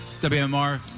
WMR